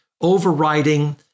overriding